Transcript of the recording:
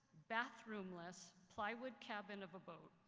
bathroomless plywood cabin of a boat